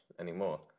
anymore